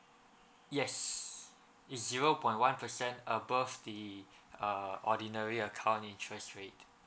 yes it's zero point one percent above the uh ordinary account interest rate